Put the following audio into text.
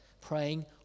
praying